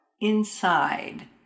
inside